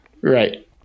Right